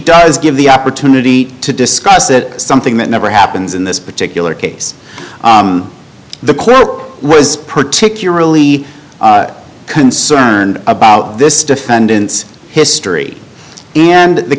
does give the opportunity to discuss it something that never happens in this particular case the clerk was particularly concerned about this defendant's history and the